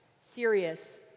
serious